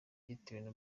cyitiriwe